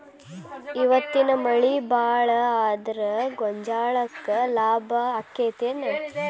ಇವತ್ತಿನ ಮಳಿ ಭಾಳ ಆದರ ಗೊಂಜಾಳಕ್ಕ ಲಾಭ ಆಕ್ಕೆತಿ ಏನ್?